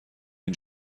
این